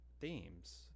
themes